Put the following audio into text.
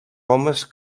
homes